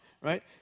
right